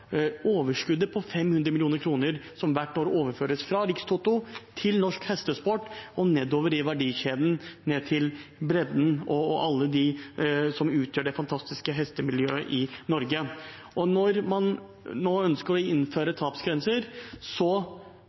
overskuddet på 500 mill. kr som hvert år overføres fra Rikstoto til norsk hestesport og nedover i verdikjeden, ned til bredden og alle dem som utgjør det fantastiske hestemiljøet i Norge. Når man nå ønsker å innføre tapsgrenser,